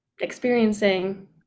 experiencing